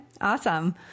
awesome